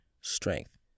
strength